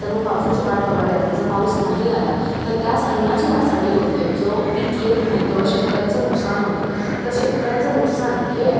तर मग पावसाची वाट बघावी लागते जर पाऊस नाही आला तर त्याच अन्नाची नासाडी होते जो पीक येत नाही तेवढं शेतकऱ्याचं नुकसान होतं तर शेतकऱ्याचं नुकसान हे